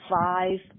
five